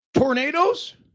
tornadoes